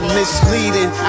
Misleading